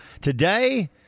today